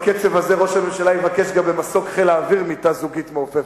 בקצב הזה ראש הממשלה יבקש גם במסוק חיל האוויר מיטה זוגית מעופפת.